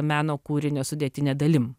meno kūrinio sudėtine dalim